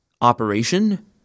operation